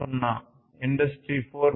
0 industry 4